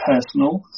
personal